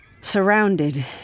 Surrounded